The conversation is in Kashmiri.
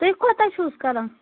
تُہۍ کوٗتاہ چھُس کَران